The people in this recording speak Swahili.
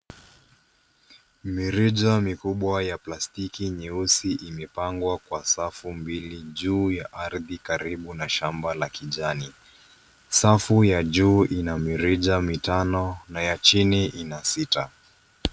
Mirija mikubwa ya plastiki nyeusi imepangwa kwa safu mbili, juu ya ardhi karibu na shamba la kijani. Safu ya juu ina mirija mitano, na ya chini ina sita.